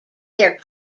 their